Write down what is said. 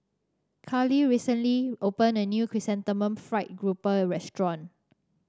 Khalil recently opened a new Chrysanthemum Fried Grouper restaurant